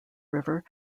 river